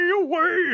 away